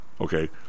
okay